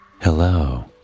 Hello